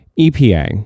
EPA